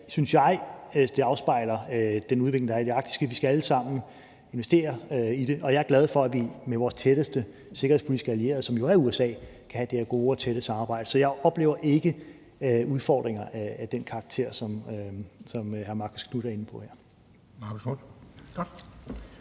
det afspejler den udvikling, der er i det arktiske, og vi skal alle sammen investere i det, og jeg er glad for, at vi med vores tætteste sikkerhedspolitiske allierede, som jo er USA, kan have det her gode og tætte samarbejde. Så jeg oplever ikke udfordringer af den karakter, som hr. Marcus Knuth er inde på